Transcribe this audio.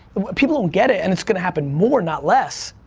people don't get it, and it's gonna happen more, not less.